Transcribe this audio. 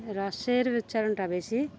রসের উচ্চারণটা বেশি